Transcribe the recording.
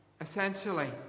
essentially